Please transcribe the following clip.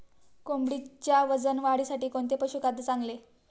कोंबडीच्या वजन वाढीसाठी कोणते पशुखाद्य चांगले?